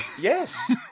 Yes